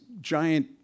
giant